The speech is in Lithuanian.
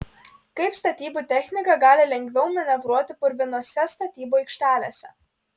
kaip statybų technika gali lengviau manevruoti purvinose statybų aikštelėse